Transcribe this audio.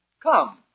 Come